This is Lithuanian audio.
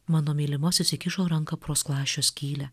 mano mylimasis įkišo ranką pro skląsčio skylę